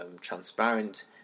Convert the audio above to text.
transparent